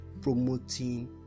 promoting